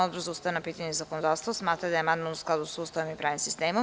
Odbor za ustavna pitanja i zakonodavstvo smatra da je amandman u skladu sa Ustavom i pravnim sistemom.